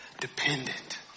dependent